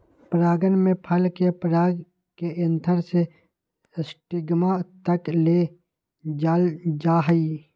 परागण में फल के पराग के एंथर से स्टिग्मा तक ले जाल जाहई